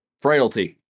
Frailty